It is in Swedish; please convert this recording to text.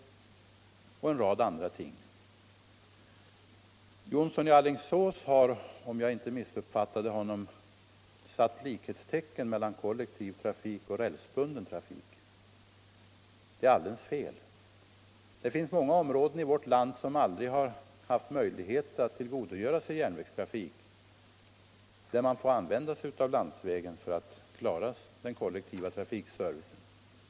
Herr Jonsson i Alingsås har, om jag inte missuppfattade honom, satt likhetstecken mellan kollektivtrafik och rälsbunden trafik. Det är alldeles fel. Det finns många områden i vårt land som aldrig haft möjlighet att tillgodogöra sig järnvägstrafik, där man får använda sig av landsvägen för att klara den kollektiva trafikservicen.